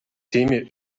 timmy